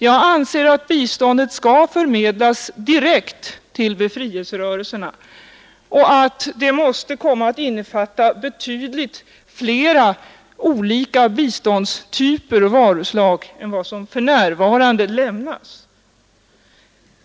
Jag anser att biståndet skall förmedlas direkt till befrielserörelserna och att det måste komma att innefatta betydligt fler olika biståndstyper, varuslag, än vad som för närvarande är fallet.